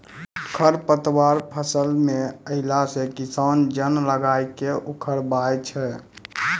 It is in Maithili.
खरपतवार फसल मे अैला से किसान जन लगाय के उखड़बाय छै